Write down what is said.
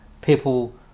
people